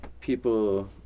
people